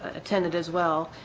attended as well.